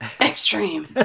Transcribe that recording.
extreme